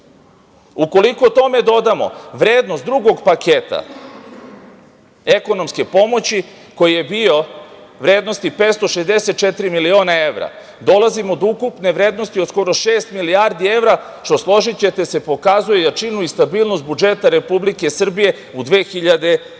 tome dodamo vrednost drugog paketa ekonomske pomoći koji je bio vrednosti 564 miliona evra, dolazimo do ukupne vrednosti od skoro šest milijardi evra, što složićete se, pokazuje jačinu i stabilnost budžeta Republike Srbije u 2020.